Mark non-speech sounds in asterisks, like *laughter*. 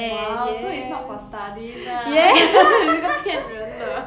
!wow! so it's not for studies lah *noise* 你这个骗人的